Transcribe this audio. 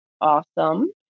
Awesome